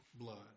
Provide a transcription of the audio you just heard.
blood